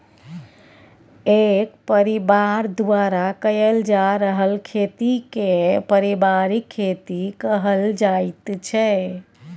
एक परिबार द्वारा कएल जा रहल खेती केँ परिबारिक खेती कहल जाइत छै